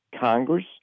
Congress